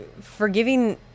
forgiving